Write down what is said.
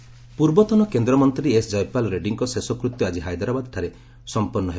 ଜୟପାଲ୍ ରେଡ଼ୁୀ ପୂର୍ବତନ କେନ୍ଦ୍ରମନ୍ତ୍ରୀ ଏସ୍ ଜୟପାଲ୍ ରେଡ୍ଯୀଙ୍କ ଶେଷ କୃତ୍ୟ ଆଜି ହାଇଦ୍ରାବାଦ୍ଠାରେ ସମ୍ପନ୍ନ ହେବ